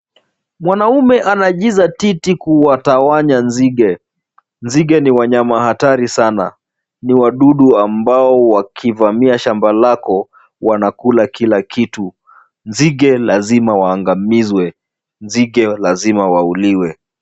Mwanaume anajizatiti kuwatawanya nzige. Nzige ni wanyama hatari sana. Ni wadudu ambao wakivamia shamba lako wanakula kila kitu. Nzige lazima waangamizwe. Nzige lazima wauliwe.